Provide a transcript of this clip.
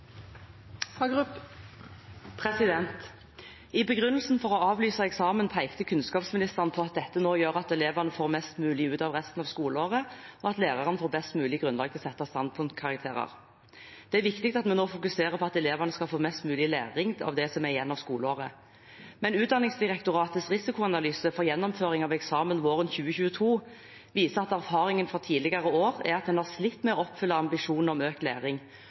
å avlyse eksamen pekte kunnskapsministeren på at dette nå gjør at elevene får mest mulig ut av resten av skoleåret, og at lærerne får best mulig grunnlag til å sette standpunktkarakterer. Det er viktig at vi nå fokuserer på at elevene skal få mest mulig læring ut av det som er igjen av skoleåret, men Utdanningsdirektoratets risikoanalyse for gjennomføring av eksamen våren 2022 viser at erfaringen fra tidligere år er at en har slitt med å oppfylle ambisjonen om økt læring